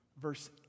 Verse